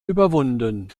überwunden